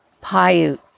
Paiute